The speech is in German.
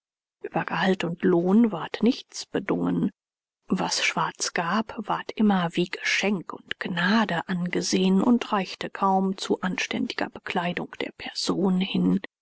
über gehalt und lohn ward nichts bedungen was schwarz gab ward immer wie geschenk und gnade angesehen und reichte kaum zu anständiger bekleidung der person hin